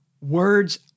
Words